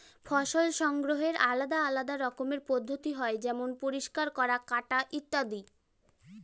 ফসল সংগ্রহের আলাদা আলদা রকমের পদ্ধতি হয় যেমন পরিষ্কার করা, কাটা ইত্যাদি